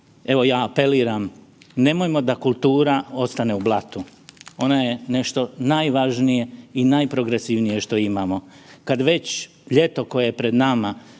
Evo, ja apeliram, nemojmo da kultura ostane u blatu, ona je nešto najvažnije i najprogresivnije što imamo. Kad već ljeto koje je pred nama